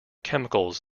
chemicals